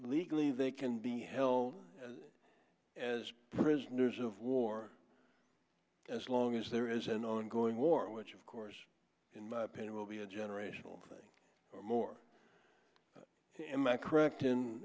legally they can be held as prisoners of war as long as there is an ongoing war which of course in my opinion will be a generational thing more am i correct